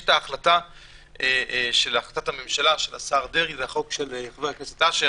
יש החלטת ממשלה של השר דרעי זה החוק של חבר הכנסת אשר